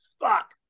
fuck